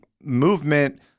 movement